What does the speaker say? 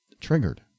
triggered